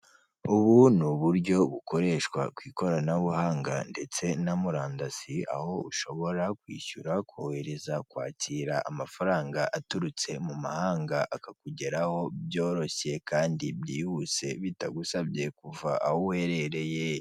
Ubu ni uburyo bukoreshwa ku ikoranabuhanga ndetse na murandasi, aho ushobora kwishyura, kohereza, kwakira amafaranga, aturutse mu mahanga, akakugeraho byoroshye kandi byihuse bitagusabye kuva aho werereye.